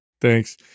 Thanks